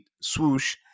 swoosh